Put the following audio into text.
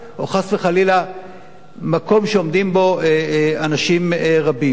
או חס וחלילה מקום שעומדים בו אנשים רבים.